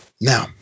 Now